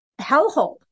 hellhole